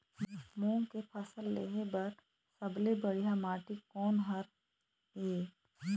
मूंग के फसल लेहे बर सबले बढ़िया माटी कोन हर ये?